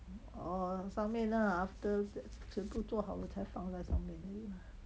orh 上面 lah after 全部做好了才放上面